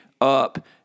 up